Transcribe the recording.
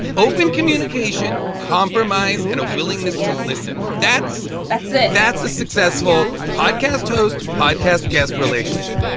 open communication, compromise and a willingness to listen. that's that's it. that's a successful podcast hosts podcast guest relationship